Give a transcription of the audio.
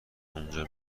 اونجا